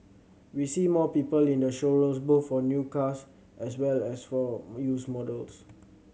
we see more people in the showrooms both for new cars as well as for used models